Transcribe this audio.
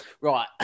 Right